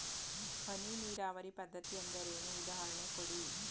ಹನಿ ನೀರಾವರಿ ಪದ್ಧತಿ ಎಂದರೇನು, ಉದಾಹರಣೆ ಕೊಡಿ?